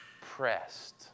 pressed